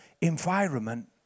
environment